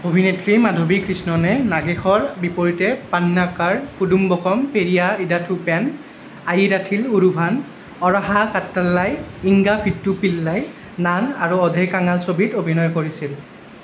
অভিনেত্ৰী মাধবী কৃষ্ণনে নাগেশৰ বিপৰীতে পান্নাকাৰ কুডুম্বকম পেৰিয়া ইডাথু পেন আয়িৰাথিল ওৰুভান অৰাসা কাট্টালাই উংগা ফিট্টু পিল্লাই নান আৰু অধে কাঙাল ছবিত অভিনয় কৰিছিল